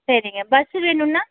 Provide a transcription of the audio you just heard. சரிங்க பஸ்ஸு வேணுனால்